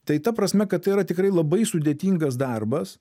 tai ta prasme kad tai yra tikrai labai sudėtingas darbas